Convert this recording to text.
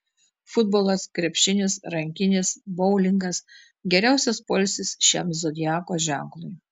futbolas krepšinis rankinis boulingas geriausias poilsis šiam zodiako ženklui